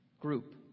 group